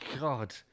God